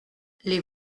les